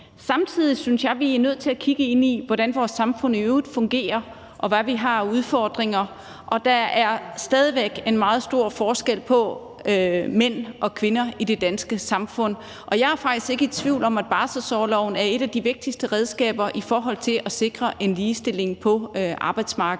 Samtidig synes jeg, vi er nødt til at kigge ind i, hvordan vores samfund i øvrigt fungerer, og hvad vi har af udfordringer. Der er stadig væk en meget stor forskel på mænd og kvinder i det danske samfund, og jeg er faktisk ikke i tvivl om, at barselsorloven er et af de vigtigste redskaber i forhold til at sikre en ligestilling på arbejdsmarkedet.